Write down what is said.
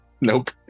nope